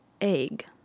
egg